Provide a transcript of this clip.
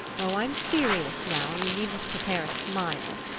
oh, i'm serious now you needn't prepare a smile.